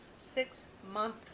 six-month